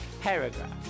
paragraph